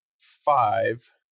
five